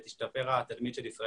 שידבר על מה הוא עושה